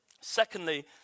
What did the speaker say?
Secondly